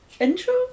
Intro